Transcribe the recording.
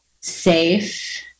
safe